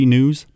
News